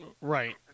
Right